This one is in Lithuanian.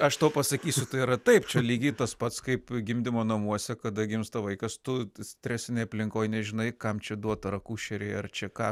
aš tau pasakysiu tai yra taip čia lygiai tas pats kaip gimdymo namuose kada gimsta vaikas tu stresinėj aplinkoje nežinai kam čia duot ar akušerei ar čia ką